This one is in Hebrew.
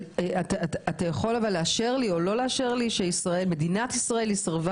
אתה יכול לאשר או לא לאשר שמדינת ישראל סירבה